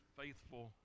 faithful